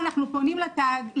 אנחנו פונים לתאגיד,